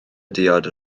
diod